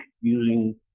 using